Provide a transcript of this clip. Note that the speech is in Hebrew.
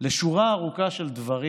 לשורה ארוכה של דברים